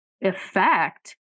effect